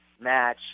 match